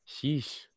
Sheesh